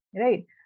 Right